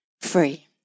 free